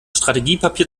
strategiepapier